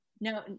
no